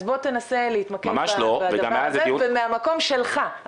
אז בוא תנסה להתמקד בדבר הזה ומהמקום שלך,